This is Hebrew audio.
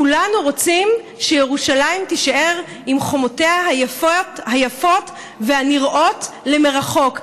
כולנו רוצים שירושלים תישאר עם חומותיה היפות והנראות למרחוק.